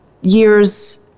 years